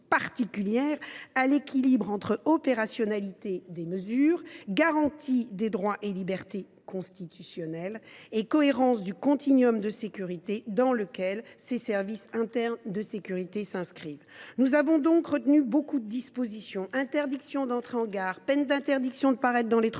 à l’équilibre entre opérationnalité des mesures, garantie des droits et libertés constitutionnels et cohérence du continuum de sécurité dans lequel ces services internes de sûreté s’inscrivent. Nous avons retenu un grand nombre de dispositions : interdiction d’entrée en gare ; peine d’interdiction de paraître dans les transports